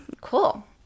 Cool